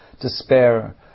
despair